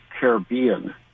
Caribbean